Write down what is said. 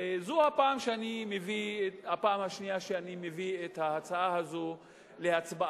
וזאת הפעם השנייה שאני מביא את ההצעה הזאת להצבעה.